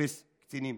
אפס קצינים.